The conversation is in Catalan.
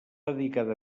dedicada